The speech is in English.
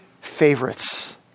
favorites